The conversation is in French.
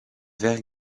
vert